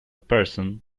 person